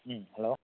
ꯎꯝ hello